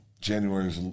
January